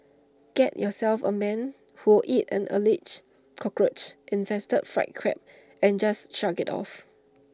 get yourself A man who will eat an Alleged Cockroach infested fried Crab and just shrug IT off